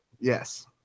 Yes